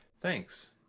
Thanks